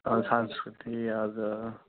संस्कृतिले आज